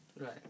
Right